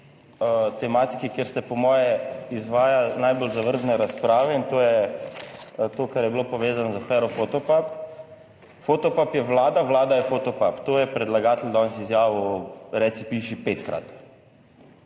tematiki, kjer ste po moje izvajali najbolj zavržne razprave, in to je to, kar je bilo povezano z afero Fotopub. Fotopub je Vlada, Vlada je Fotopub, to je predlagatelj danes izjavil, reci piši, petkrat,